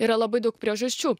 yra labai daug priežasčių